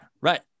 right